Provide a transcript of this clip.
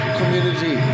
community